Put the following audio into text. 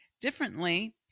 differently